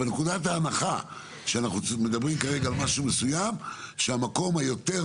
אבל נקודת ההנחה כרגע היא שהמקום היותר